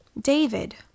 David